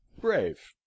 brave